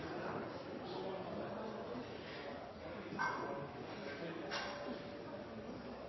siden, og jeg